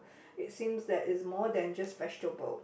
it seems that it's more than just vegetable